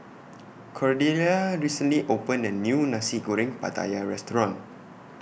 Cordelia recently opened A New Nasi Goreng Pattaya Restaurant